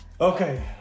Okay